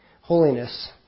holiness